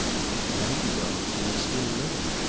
maggie donaldson is still living.